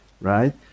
right